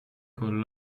con